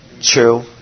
True